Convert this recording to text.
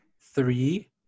three